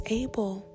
able